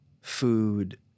food